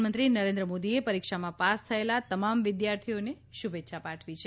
પ્રધાનમંત્રી નરેન્દ્ર મોદીએ પરીક્ષામાં પાસ થેયલા તમામ વિદ્યાર્થીઓને શુભેચ્છાઓ પાઠવી છે